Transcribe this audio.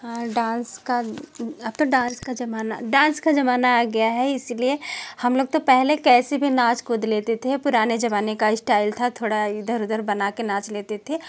हाँ डांस का अब तो डांस का जमाना डांस का जमाना आ गया है इसलिए हम लोग तो पहले कैसे भी नाच कूद लेते थे पुराने जमाने का स्टाइल था थोड़ा इधर उधर बनाके नाच लेते थे